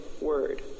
word